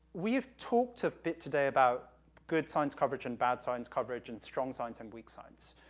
we've talked a bit today about good science coverage and bad science coverage and strong science and weak science.